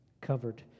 covered